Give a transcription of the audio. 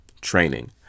training